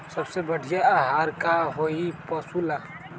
सबसे बढ़िया आहार का होई पशु ला?